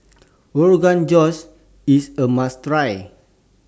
Rogan Josh IS A must Try